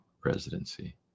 presidency